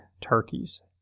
turkeys